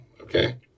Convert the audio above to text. okay